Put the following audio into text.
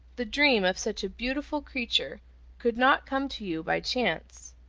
the dream of such a beautiful creature could not come to you by chance.